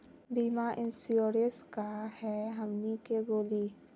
बीमा इंश्योरेंस का है हमनी के बोली?